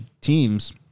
teams